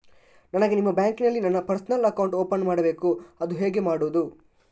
ನನಗೆ ನಿಮ್ಮ ಬ್ಯಾಂಕಿನಲ್ಲಿ ನನ್ನ ಪರ್ಸನಲ್ ಅಕೌಂಟ್ ಓಪನ್ ಮಾಡಬೇಕು ಅದು ಹೇಗೆ ಮಾಡುವುದು?